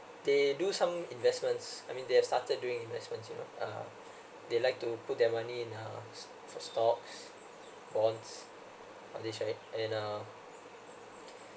they do some investments I mean they have started doing investments you know (uh)they like to put their money in (uh)for stocks bonds all these right and uh